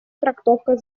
трактовка